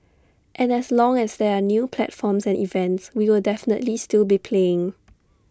and as long as there are new platforms and events we will definitely still be playing